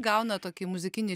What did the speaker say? gauna tokį muzikinį